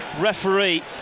referee